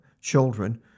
children